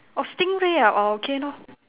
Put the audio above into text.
oh stingray ah oh okay lor